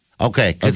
Okay